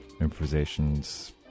Improvisations